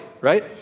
right